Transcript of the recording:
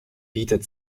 bietet